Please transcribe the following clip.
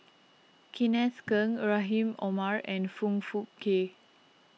Kenneth Keng Rahim Omar and Foong Fook Kay